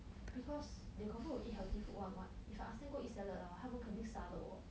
because they confirm won't eat healthy food [one] what if I ask them go eat salad hor 他们肯定杀了我